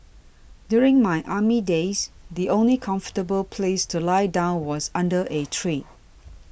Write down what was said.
during my army days the only comfortable place to lie down was under a tree